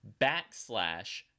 backslash